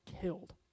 killed